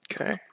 Okay